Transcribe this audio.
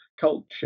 culture